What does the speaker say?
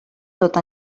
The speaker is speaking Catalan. tot